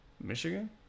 Michigan